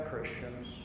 Christians